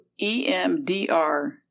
EMDR